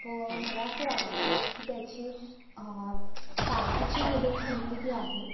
व मला असं वाटत आहे की त्याची तारखेची मुदत संपलेली आहे